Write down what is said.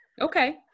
okay